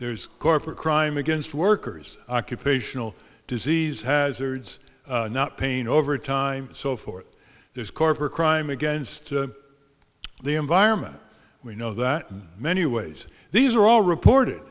there's corporate crime against workers occupational disease hazards not paying overtime so forth there's corporate crime against the environment we know that many ways these are all reported